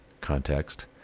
context